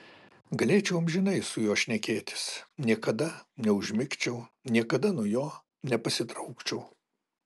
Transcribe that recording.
galėčiau amžinai su juo šnekėtis niekada neužmigčiau niekada nuo jo nepasitraukčiau